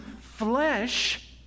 flesh